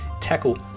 tackle